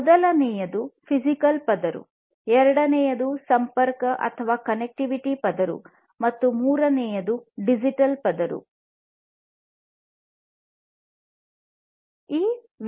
ಮೊದಲನೆಯದು ಫಿಜಿಕಲ್ ಪದರ ಎರಡನೆಯದು ಕನೆಕ್ಟಿವಿಟಿ ಪದರ ಮತ್ತು ಮೂರನೆಯದು ಡಿಜಿಟಲ್ ಪದರ ಆಗಿವೆ